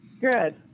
Good